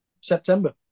September